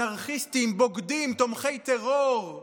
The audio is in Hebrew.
אנרכיסטים, בוגדים, תומכי טרור,